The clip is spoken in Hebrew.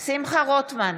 רוטמן,